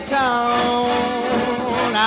town